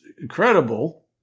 incredible